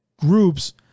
groups